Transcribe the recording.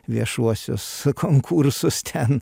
viešuosius konkursus ten